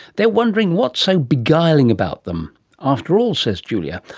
they're wondering what's so beguiling about them after all says julia,